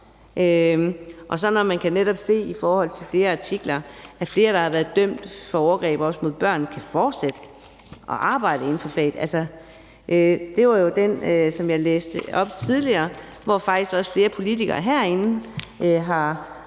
Er det nok? Man kan netop se i flere artikler, at flere, der har været dømt for overgreb mod børn, kan fortsætte med at arbejde inden for faget. Altså, der var jo den sag, som jeg læste op fra tidligere, og som flere politikere herinde faktisk